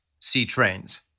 C-trains